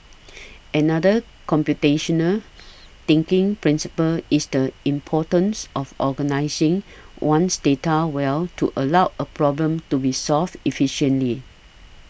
another computational thinking principle is the importance of organising one's data well to allow a problem to be solved efficiently